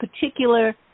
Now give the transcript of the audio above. particular